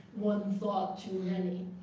one thought too many.